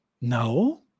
No